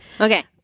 Okay